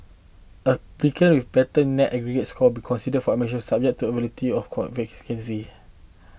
applicant with better net aggregate score will be considered for admission first subject to availability of vacancy